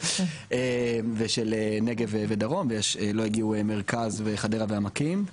ושל נגב ודרום ולא הגיעו מרכז חדרה והעמקים.